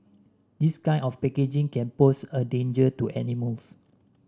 this kind of packaging can pose a danger to animals